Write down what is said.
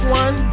one